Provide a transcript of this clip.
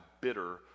bitter